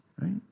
right